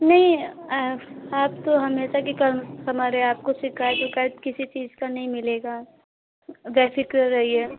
नहीं आप तो हमेशा की कस्टमर हैं आपको शिकायत विकायत किसी चीज़ का नहीं मिलेगा बेफ़िक्र रहिए